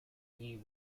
you